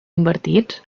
invertits